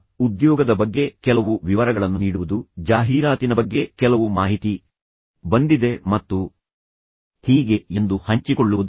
ಆದ್ದರಿಂದ ಉದ್ಯೋಗದ ಬಗ್ಗೆ ಕೆಲವು ವಿವರಗಳನ್ನು ನೀಡುವುದು ಜಾಹೀರಾತಿನ ಬಗ್ಗೆ ಕೆಲವು ಮಾಹಿತಿ ಬಂದಿದೆ ಮತ್ತು ಹೀಗೆ ಎಂದು ಹಂಚಿಕೊಳ್ಳುವುದು